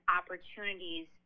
opportunities